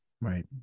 Right